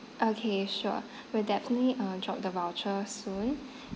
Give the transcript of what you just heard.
okay sure we'll definitely uh drop the voucher soon